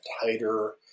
tighter